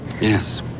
Yes